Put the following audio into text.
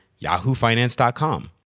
yahoofinance.com